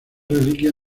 reliquias